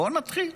בואו נתחיל.